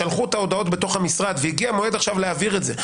שלחו את ההודעות בתוך המשרד והגיע מועד עכשיו להעביר את זה,